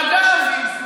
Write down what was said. ואגב,